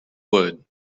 wood